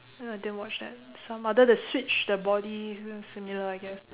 uh I didn't watch that some other they switch the body similar I guess